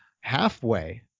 halfway